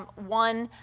um one,